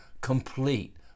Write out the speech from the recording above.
complete